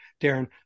Darren –